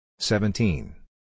Seventeen